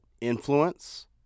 influence